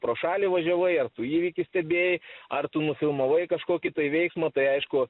pro šalį važiavai ar tu įvykį stebėjai ar tu nufilmavai kažkokį veiksmą tai aišku